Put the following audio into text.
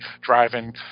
driving